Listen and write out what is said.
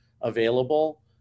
available